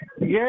yes